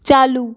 चालू